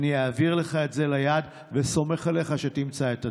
אעביר לך את זה ליד ואני סומך עליך שתמצא את הדרך.